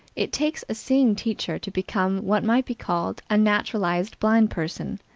it takes a seeing teacher to become what might be called a naturalized blind person,